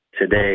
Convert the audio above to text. today